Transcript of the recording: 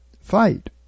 fight